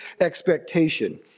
expectation